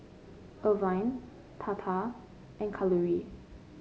Arvind Tata and Kalluri